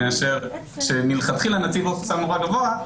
מאשר שמלכתחילה נציב לו רף כניסה נורא גבוה,